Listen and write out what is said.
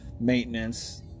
maintenance